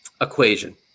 equation